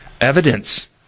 Evidence